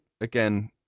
again